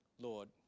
Lord